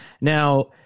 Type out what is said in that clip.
Now